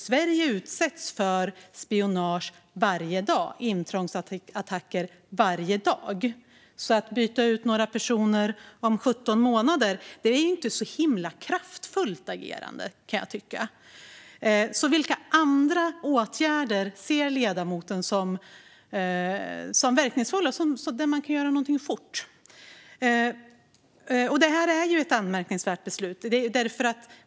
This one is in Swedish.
Sverige utsätts för spionage och intrångsattacker varje dag, så att byta ut några personer om 17 månader är inte ett så himla kraftfullt agerande. Vilka andra åtgärder där man kan göra någonting fort ser ledamoten skulle vara verkningsfulla? Detta är ett anmärkningsvärt beslut.